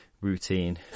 routine